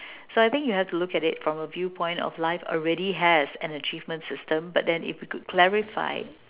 so I think you have to look at it from a viewpoint of life already has an achievement system but then if we could clarify